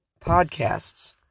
podcasts